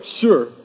sure